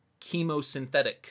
chemosynthetic